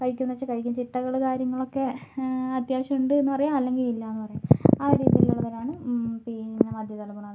കഴിക്കും എന്നു വെച്ചാൽ കഴിക്കും ചിട്ടകളും കാര്യങ്ങളൊക്കെ അത്യാവശ്യം ഉണ്ട് എന്നും പറയാം അല്ലെങ്കിൽ ഇല്ലായെന്നു പറയാം ആ ഒരു രീതിയിലുള്ളവരാണ് പിന്നെ മദ്ധ്യ തലമുറ എന്ന് പറയുന്നത്